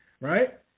right